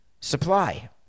supply